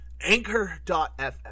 Anchor.fm